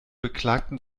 beklagten